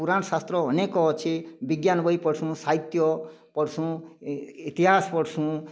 ପୁରାଣ ଶାସ୍ତ୍ର ଅନେକ ଅଛି ବିଜ୍ଞାନ ବହି ପଢ଼ସୁଁ ସାହିତ୍ୟ ପଢ଼ସୁଁ ଇତିହାସ ପଢ଼ସୁଁ